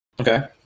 okay